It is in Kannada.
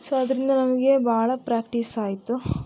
ಸೊ ಅದರಿಂದ ನಮಗೆ ಭಾಳ ಪ್ರ್ಯಾಕ್ಟಿಸ್ ಆಯಿತು